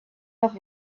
off